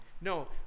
No